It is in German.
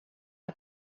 der